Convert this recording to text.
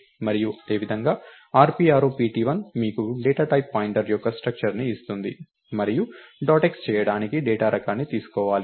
మరియు అదేవిధంగా rp arrow pt1 మీకు డేటా టైప్ పాయింట్ యొక్క స్ట్రక్టర్ ని ఇస్తుంది మరియు డాట్ x చేయడానికి డేటా రకాన్ని తీసుకోవాలి